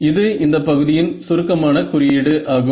இது இந்த பகுதியின் சுருக்கமான குறியீடு ஆகும்